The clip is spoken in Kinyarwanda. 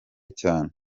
cyane